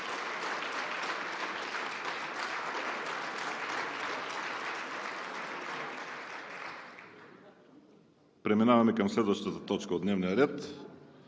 Преминаваме към следващата точка от дневния ред: